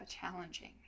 challenging